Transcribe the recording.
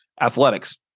athletics